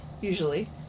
Usually